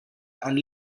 and